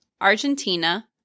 Argentina